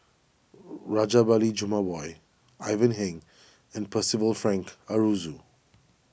Rajabali Jumabhoy Ivan Heng and Percival Frank Aroozoo